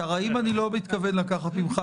את הרעים אני לא מתכוון לקחת ממך.